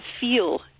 feel